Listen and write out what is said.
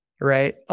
right